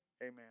Amen